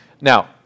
Now